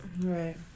Right